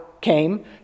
came